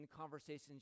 conversations